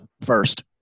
first